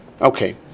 Okay